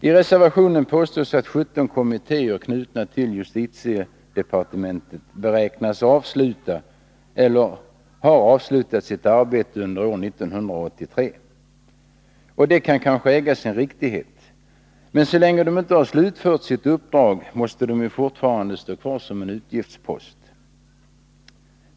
I reservationen påstås att 17 kommittéer knutna till justitiedepartementet beräknas avsluta eller ha avslutat sitt arbete under år 1983. Det kan kanske äga sin riktighet, men så länge kommittéerna inte har slutfört sitt uppdrag måste de fortfarande stå kvar som en utgiftspost.